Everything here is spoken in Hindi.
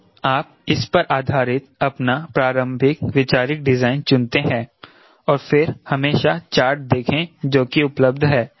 तो आप इस पर आधारित अपना प्रारंभिक वैचारिक डिजाइन चुनते हैं और फिर हमेशा चार्ट देखें जो कि उपलब्ध हैं